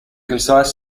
concise